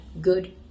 good